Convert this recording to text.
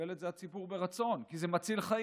וקיבל את זה הציבור ברצון, כי זה מציל חיים,